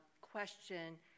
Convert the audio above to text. question